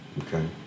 Okay